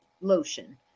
lotion